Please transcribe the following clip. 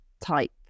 type